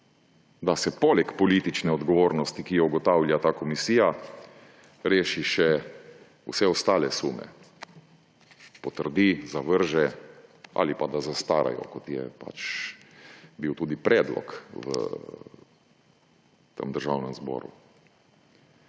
da se poleg politične odgovornosti, ki jo ugotavlja ta komisija, rešijo še vsi ostali sumi, potrdijo, zavržejo ali da zastarajo, kot je bil tudi predlog v Državnem zboru.